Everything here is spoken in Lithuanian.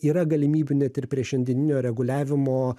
yra galimybių net ir prie šiandieninio reguliavimo